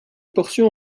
portion